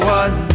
one